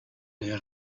les